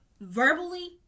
verbally